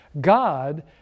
God